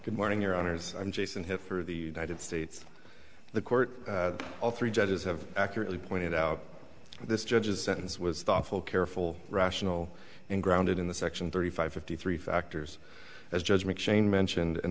good morning your honour's and jason here for the united states the court all three judges have accurately pointed out this judge's sentence was thoughtful careful rational and grounded in the section thirty five fifty three factors as judgment shane mentioned and